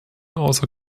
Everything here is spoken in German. außer